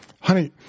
Honey